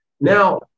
now